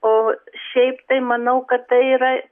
o šiaip tai manau kad tai yra